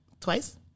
Twice